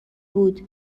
بود